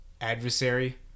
adversary